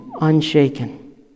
unshaken